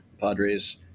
Padres